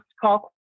call